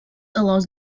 allows